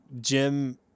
Jim